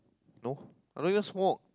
no I don't even smoke